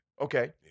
Okay